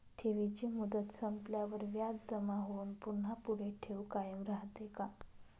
ठेवीची मुदत संपल्यावर व्याज जमा होऊन पुन्हा पुढे ठेव कायम राहते का?